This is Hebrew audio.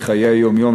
מחיי היום-יום,